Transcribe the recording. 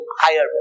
higher